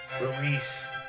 release